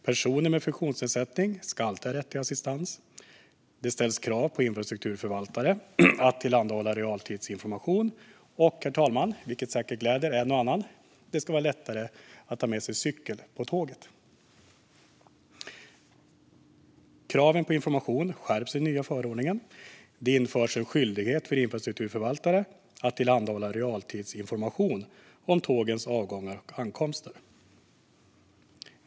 Personer med funktionsnedsättning ska alltid ha rätt till assistans. Det ställs krav på infrastrukturförvaltare att tillhandahålla realtidsinformation. Och, herr talman, det ska vara lättare att ta med sig cykel på tåget, vilket säkert gläder en och annan. Kraven på information skärps i den nya förordningen. Det införs en skyldighet för infrastrukturförvaltare att tillhandahålla realtidsinformation om tågens avgångar och ankomster.